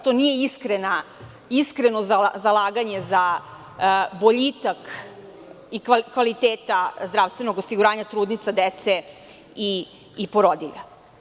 To nije iskreno zalaganje za boljitak kvalitete zdravstvenog osiguranja, trudnica, dece i porodilja.